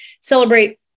celebrate